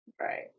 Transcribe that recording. Right